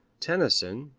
tennyson,